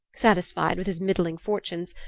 satisfied with his middling fortunes,